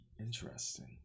Interesting